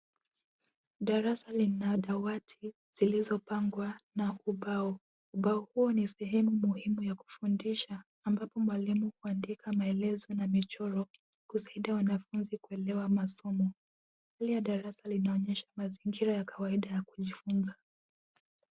Darasa lina dawati zilizopangwa na ubao. Ubao huo ni sehemu muhimu ya kufundisha, ambapo mwalimu huandika maelezo na michoro kusaidia wanafunzi kuelewa masomo. Mbele ya darasa linaonyesha mazingira ya kawaida ya kujifunza.